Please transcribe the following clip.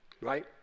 right